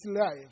life